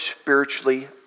spiritually